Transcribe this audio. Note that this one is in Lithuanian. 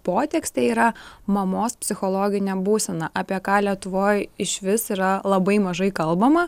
potekstė yra mamos psichologinė būsena apie ką lietuvoj išvis yra labai mažai kalbama